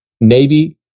Navy